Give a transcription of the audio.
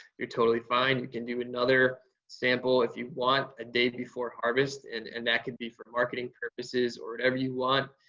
you're totally fine. you can do another sample if you want a day before harvest and and that can be for marketing purposes or whatever you want.